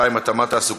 32) (התאמה תעסוקתית),